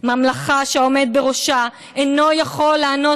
ממלכה שהעומד בראשה אינו יכול לענות